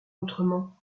autrement